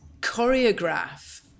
choreograph